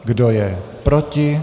Kdo je proti?